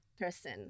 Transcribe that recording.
person